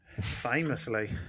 Famously